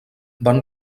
van